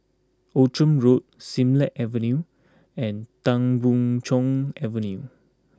Outram Road Siglap Avenue and Tan Boon Chong Avenue